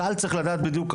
הקהל צריך לדעת בדיוק.